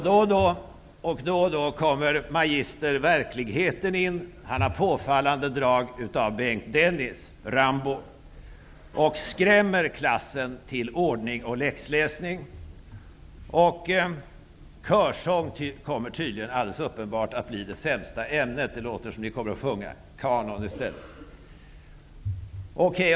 Då och då kommer magister Verkligheten in, och han har påfallande drag av Bengt Dennis -- Rambo -- och skrämmer klassen till ordning och läxläsning. Körsång kommer alldeles uppenbart att bli det sämsta ämnet -- det låter som om man kommer att sjunga kanon i stället.